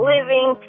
Living